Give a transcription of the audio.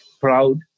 proud